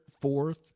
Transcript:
fourth